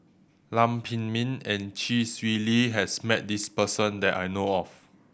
Lam Pin Min and Chee Swee Lee has met this person that I know of